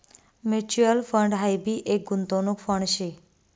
mutual fund हाई भी एक गुंतवणूक फंड शे